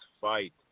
fight